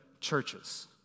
churches